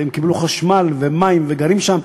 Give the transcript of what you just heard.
והם קיבלו חשמל ומים וגרים שם,